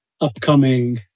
upcoming